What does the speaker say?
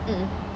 mmhmm